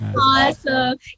Awesome